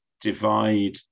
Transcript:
divide